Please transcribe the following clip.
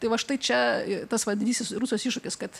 tai va štai čia tas va didysis rusijos iššūkis kad